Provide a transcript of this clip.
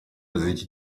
z’iki